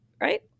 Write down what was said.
right